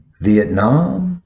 Vietnam